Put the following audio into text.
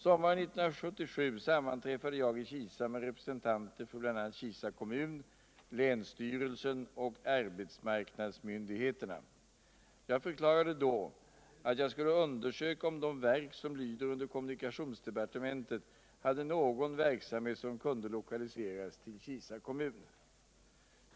Sommaren 1977 sammanträffade jag i Kisa med representanter för bl.a. Kinda kommun, länsstyrelsen och arbetsmarknadsmyndigheterna. Jag förklarade då att jag skulle undersöka om de verk som lyder under kommunikationsdepartementet hade någon verksamhet som kunde lokaliseras till Kinda kommun.